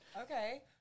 Okay